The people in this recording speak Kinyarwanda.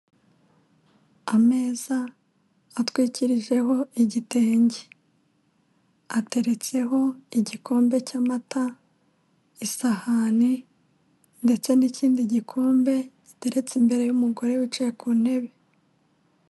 Ameza atwikirijeho igitenge, ateretseho igikombe cy'amata, isahani ndetse n'ikindi gikombe giteretse imbere y'umugore wicaye ku ntebe.